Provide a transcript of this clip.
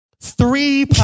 Three